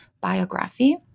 biography